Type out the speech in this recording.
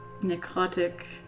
necrotic